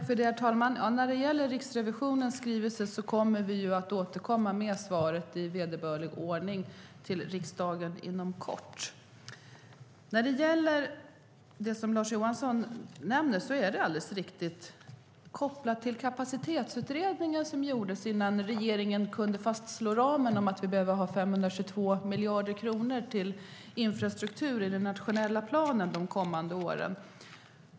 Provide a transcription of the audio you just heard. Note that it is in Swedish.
Herr talman! Vi kommer inom kort att återkomma med svar till riksdagen i vederbörlig ordning med anledning av Riksrevisionens skrivelse. Det som Lars Johansson nämner är alldeles riktigt kopplat till Kapacitetsutredningen som gjordes innan regeringen kunde fastslå ramen om att vi behöver ha 522 miljarder kronor till infrastruktur i den nationella planen de kommande åren.